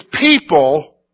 people